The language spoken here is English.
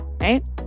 right